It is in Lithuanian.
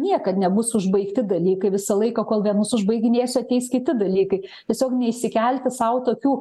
niekad nebus užbaigti dalykai visą laiką kol vienus užbaiginėsiu ateis kiti dalykai tiesiog neišsikelti sau tokių